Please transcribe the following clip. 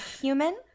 human